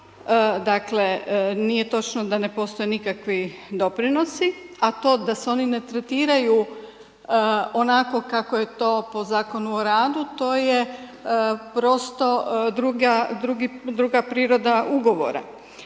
Dakle, nije točno da ne postoje nikakvi doprinosi, a to da se oni ne tretiraju onako kako je to po Zakonu o radu, to je prosto druga priroda ugovora.